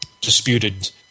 disputed